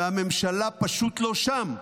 והממשלה פשוט לא שם.